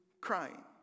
crying